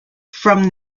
from